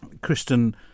Kristen